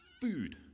food